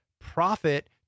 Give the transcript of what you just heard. profit